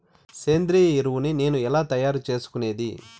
సేంద్రియ ఎరువులని నేను ఎలా తయారు చేసుకునేది?